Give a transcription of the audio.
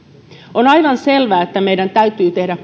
on aivan selvä että meidän täytyy tehdä